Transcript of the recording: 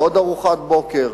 בעוד ארוחת בוקר?